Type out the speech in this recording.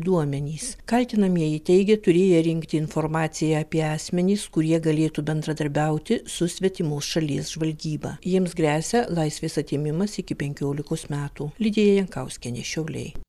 duomenys kaltinamieji teigia turėję rinkti informaciją apie asmenis kurie galėtų bendradarbiauti su svetimos šalies žvalgyba jiems gresia laisvės atėmimas iki penkiolikos metų lidija jankauskienė šiauliai